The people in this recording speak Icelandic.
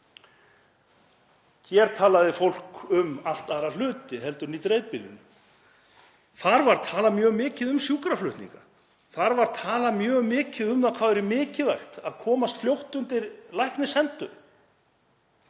Hér talaði fólk um allt aðra hluti heldur en fólk í dreifbýlinu. Þar var talað mjög mikið um sjúkraflutninga. Þar var talað mjög mikið um hvað það væri mikilvægt að komast fljótt undir læknishendur.